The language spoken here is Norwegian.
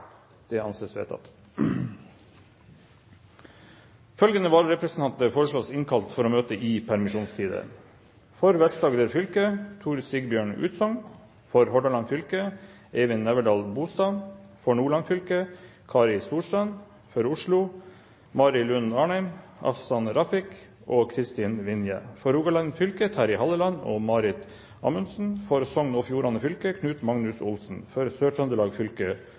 Følgende vararepresentanter innkalles for å møte i permisjonstiden: For Vest-Agder fylke: Tor Sigbjørn UtsognFor Hordaland fylke: Eivind Nævdal-BolstadFor Nordland fylke: Kari StorstrandFor Oslo: Mari Lund Arnem, Afshan Rafiq og Kristin VinjeFor Rogaland fylke: Terje Halleland og Marit AmundsenFor Sogn og Fjordane fylke: Knut Magnus OlsenFor Sør-Trøndelag fylke: